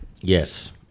Yes